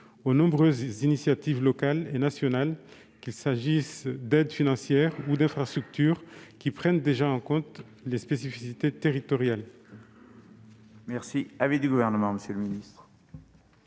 aux nombreuses initiatives locales et nationales, qu'il s'agisse d'aides financières ou d'infrastructures qui prennent déjà en compte les spécificités territoriales.